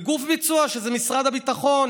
וגוף ביצוע, שזה משרד הביטחון.